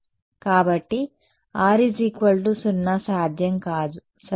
కాబట్టి R 0 సాధ్యం కాదు సరే